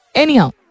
anyhow